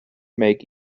make